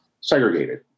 segregated